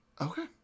Okay